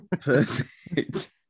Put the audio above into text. Perfect